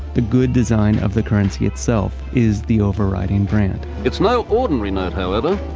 the good design of the currency itself is the overriding brand it's no ordinary note however,